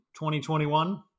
2021